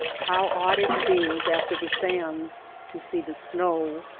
how odd it seems after the sands to see the snow.